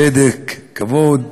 צדק, כבוד